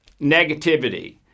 negativity